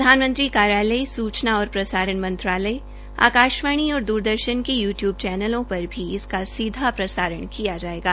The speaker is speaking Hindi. प्रधानमंत्री कार्यालय सूचना प्रसारण मंत्रालय आकाशवाणी और द्रदर्शन के यू टयूब चैनलों पर भी इसका सीधा प्रसारण किया जायेगा